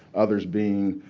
others being